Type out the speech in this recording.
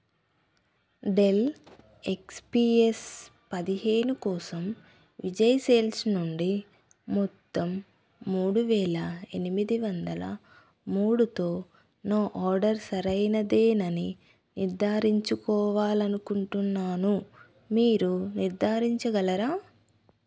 del XPS పదిహేను కోసం Vijay Sales నుండి మొత్తం మూడు వేల ఎనిమిది వందల మూడుతో నా ఆర్డర్ సరైనదేనని నిర్ధారించుకోవాలనుకుంటున్నాను మీరు నిర్ధారించగలరా